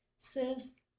Sis